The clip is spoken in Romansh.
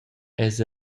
eis